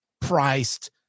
priced